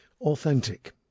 authentic